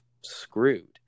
screwed